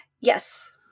Yes